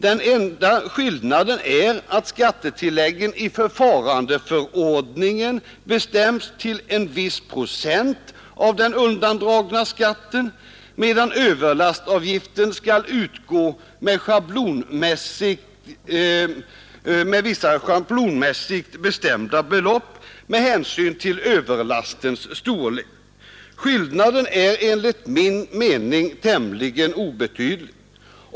Den enda skillnaden är att skattetillägen i förfarandeförordningen bestäms till viss procent av den undandragna skatten, medan överlastavgiften skall utgå med vissa schablonmässigt bestämda belopp med hänsyn till överlastens storlek. Skillnaden är enligt min mening tämligen obetydlig.